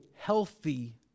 healthy